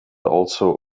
also